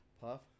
Puff